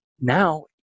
Now